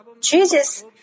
Jesus